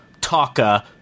Taka